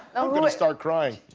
i'm going to start crying.